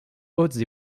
hautes